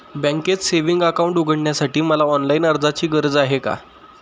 बँकेत savings account उघडण्यासाठी मला ऑनलाईन अर्जाची गरज आहे का?